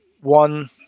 one